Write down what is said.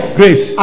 grace